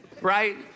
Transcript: right